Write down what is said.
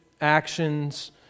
actions